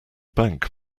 bank